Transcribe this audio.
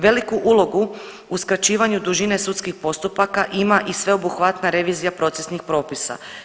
Veliku ulogu u skraćivanju dužine sudskih postupaka ima i sveobuhvatna revizija procesnih propisa.